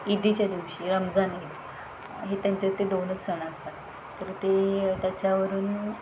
ईदीच्या दिवशी रमजान ईद हे त्यांचं ते दोनच सण असतात तर ते त्याच्यावरून